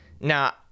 Now